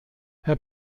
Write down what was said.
herr